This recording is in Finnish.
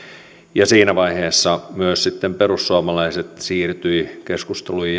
ja siinä vaiheessa myös sitten perussuomalaiset siirtyivät keskustelujen